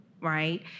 right